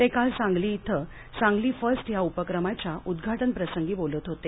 ते काल सांगली इथं सांगली फर्स्ट या उपक्रमाच्या उद्घाटनप्रसंगी बोलत होते